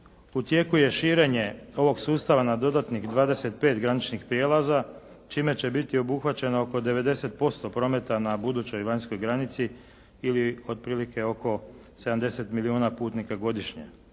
U tijeku je širenje ovog sustava na dodatnih 25 graničnih prijelaza čime će biti obuhvaćeno oko 90% prometa na budućoj vanjskoj granici ili otprilike oko 70 milijuna putnika godišnje.